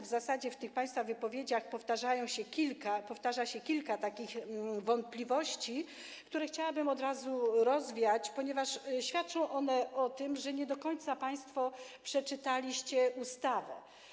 W zasadzie w tych państwa wypowiedziach powtarza się kilka takich wątpliwości, które chciałabym od razu rozwiać, ponieważ świadczą one o tym, że nie do końca państwo przeczytaliście ustawę.